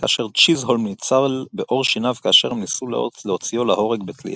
כאשר צ'יזהולם ניצל בעור שיניו כאשר הם ניסו להוציאו להורג בתלייה.